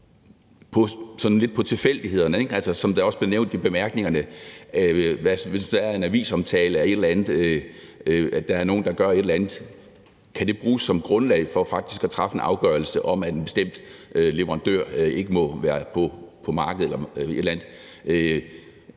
lidt på tilfældighederne. Det er også blevet nævnt i bemærkningerne, at hvis der er en avisomtale af, at der er nogle, der gør et eller andet, kan det bruges som grundlag for faktisk at træffe en afgørelse om, at en bestemt leverandør ikke må være på markedet. Det kan